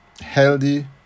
healthy